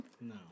No